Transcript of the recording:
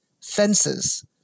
fences